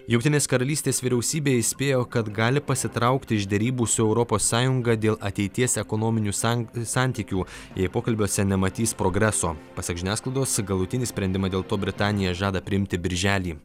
jungtinės karalystės vyriausybė įspėjo kad gali pasitraukti iš derybų su europos sąjunga dėl ateities ekonominių sank santykių jie pokalbiuose nematys progreso pasak žiniasklaidos galutinį sprendimą dėl to britanija žada priimti birželį